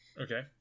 Okay